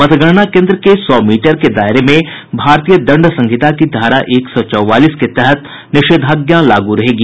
मतगणना केन्द्र के सौ मीटर के दायरे में भारतीय दंड संहिता की धारा एक सौ चौवालीस के तहत निषेधाज्ञा लागू रहेगी